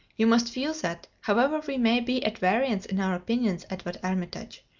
you must feel that, however we may be at variance in our opinions, edward armitage,